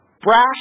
brash